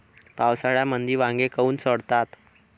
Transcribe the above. पावसाळ्यामंदी वांगे काऊन सडतात?